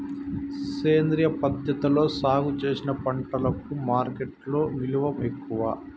సేంద్రియ పద్ధతిలో సాగు చేసిన పంటలకు మార్కెట్టులో విలువ ఎక్కువ